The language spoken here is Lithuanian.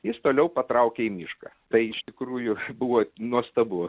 jis toliau patraukė į mišką tai iš tikrųjų buvo nuostabu